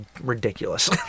ridiculous